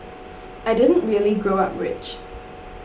I didn't really grow up rich